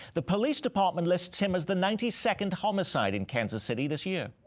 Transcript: the police department lists him as the ninety second homicide in kansas city this year.